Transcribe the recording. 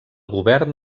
govern